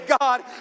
God